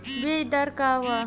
बीज दर का वा?